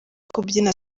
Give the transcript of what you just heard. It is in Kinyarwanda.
kubyina